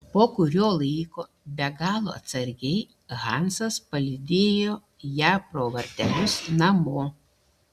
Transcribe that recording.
po kurio laiko be galo atsargiai hansas palydėjo ją pro vartelius namo